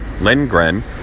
Lindgren